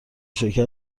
شکر